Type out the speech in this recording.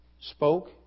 spoke